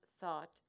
thought